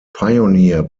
pioneer